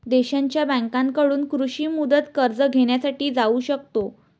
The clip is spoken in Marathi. देशांच्या बँकांकडून कृषी मुदत कर्ज घेण्यासाठी जाऊ शकतो